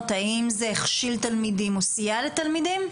האם זה הכשיל תלמידים או סייע לתלמידים?